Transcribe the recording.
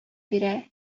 бирә